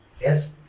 Yes